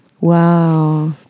Wow